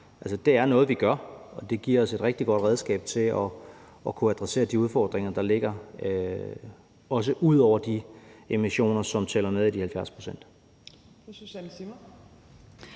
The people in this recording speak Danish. det er noget, vi gør, og det giver os et rigtig godt redskab til at kunne adressere de udfordringer, der ligger, også ud over de emissioner, som tæller med i de 70 pct.